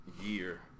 year